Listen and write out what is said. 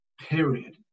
period